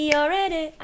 already